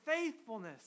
faithfulness